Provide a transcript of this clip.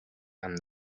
and